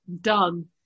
done